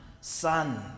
son